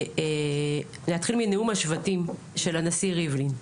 להתחיל מנאום השבטים של הנשיא ריבלין.